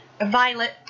Violet